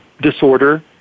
disorder